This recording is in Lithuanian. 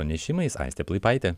pranešimais aistė plaipaitė